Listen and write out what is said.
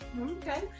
Okay